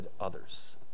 others